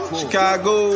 Chicago